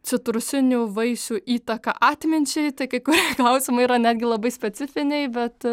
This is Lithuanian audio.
citrusinių vaisių įtaką atminčiai tai kai kurie klausimai yra netgi labai specifiniai bet